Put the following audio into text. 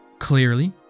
clearly